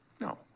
no